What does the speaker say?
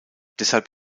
deshalb